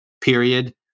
period